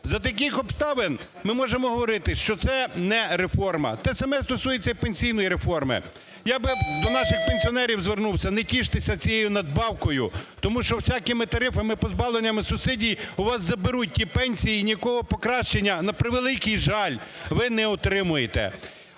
За таких обставин ми можемо говорити, що це не реформа. Те саме стосується і пенсійної реформи. Я би до наших пенсіонерів звернувся: не тіштеся цією надбавкою, тому що всякими тарифами, позбавленнями субсидій у вас заберуть ті пенсії, і ніякого покращення, на превеликий жаль, ви не отримаєте.